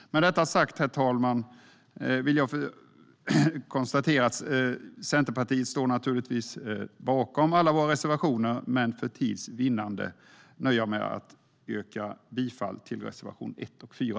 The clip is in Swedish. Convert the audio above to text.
Herr talman! Vi i Centerpartiet står naturligtvis bakom alla våra reservationer, men för tids vinnande nöjer jag mig med att yrka bifall till reservationerna 1 och 4.